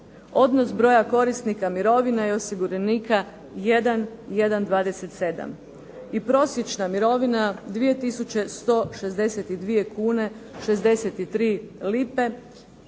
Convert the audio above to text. Odnos broja korisnika mirovine i osiguranika 1:1,27. I prosječna mirovina 2